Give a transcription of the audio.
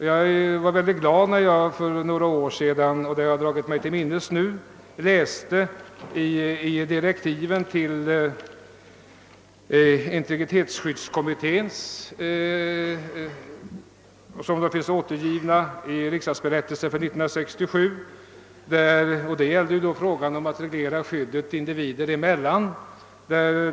Jag var glad när jag för några år sedan läste direktiven till integritetsskyddskommittén, sådana de finns återgivna i riksdagsberättelsen för 1967 beträffande frågan om att reglera skyddet individer emellan.